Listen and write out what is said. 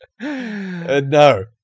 No